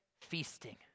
feasting